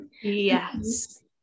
yes